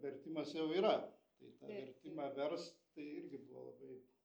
vertimas jau yra tai tą vertimą verst tai irgi buvo labai